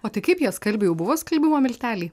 o tai kaip jie skalbė jau buvo skalbimo milteliai